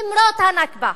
למרות ה"נכבה",